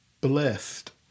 blessed